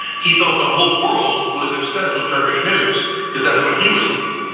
he thought the whole world was obsessed with turkish news because that's what he was seeing.